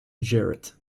jarrett